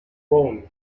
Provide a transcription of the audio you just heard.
bone